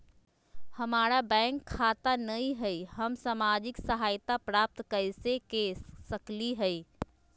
हमार बैंक खाता नई हई, हम सामाजिक सहायता प्राप्त कैसे के सकली हई?